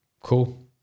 cool